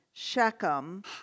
Shechem